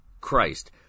Christ